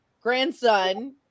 grandson